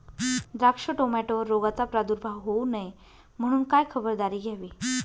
द्राक्ष, टोमॅटोवर रोगाचा प्रादुर्भाव होऊ नये म्हणून काय खबरदारी घ्यावी?